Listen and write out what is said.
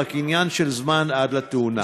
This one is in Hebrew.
ורק עניין של זמן עד לתאונה.